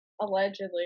allegedly